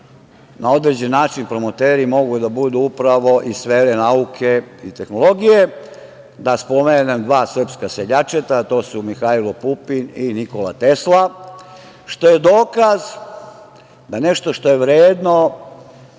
na određen način promoteri mogu da budu upravo iz sfere nauke i tehnologije. Da spomenem dva srpska seljačeta – Mihajlo Pupin i Nikola Tesla, što je dokaz da nešto što je vredno